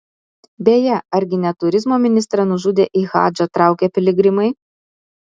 beje argi ne turizmo ministrą nužudė į hadžą traukę piligrimai